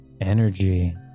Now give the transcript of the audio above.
energy